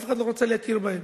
אף אחד לא רצה להכיר בהם,